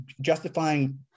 justifying